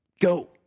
Go